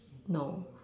no